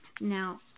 Now